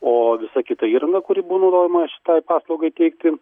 o visa kita įranga kuri buvo naudojama šitai paslaugai teikti